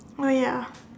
oh ya